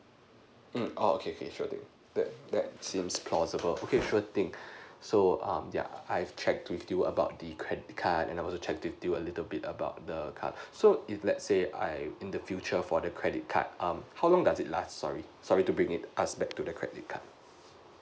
um oo okay okay sure do that that seems plausible okay sure thing so um yup I've checked with you about the credit card and I've also checked with you a little bit about the car so if let's say I in the future for the credit card um how long does it last sorry sorry for bringing us back to the credit card